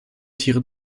tiere